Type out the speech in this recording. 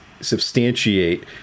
substantiate